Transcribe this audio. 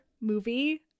movie